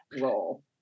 role